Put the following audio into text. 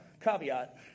Caveat